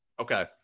Okay